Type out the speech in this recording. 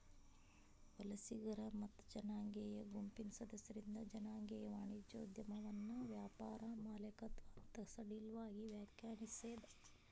ವಲಸಿಗರ ಮತ್ತ ಜನಾಂಗೇಯ ಗುಂಪಿನ್ ಸದಸ್ಯರಿಂದ್ ಜನಾಂಗೇಯ ವಾಣಿಜ್ಯೋದ್ಯಮವನ್ನ ವ್ಯಾಪಾರ ಮಾಲೇಕತ್ವ ಅಂತ್ ಸಡಿಲವಾಗಿ ವ್ಯಾಖ್ಯಾನಿಸೇದ್